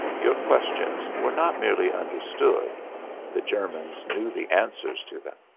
your questions were not merely understood the germans knew the answers to them.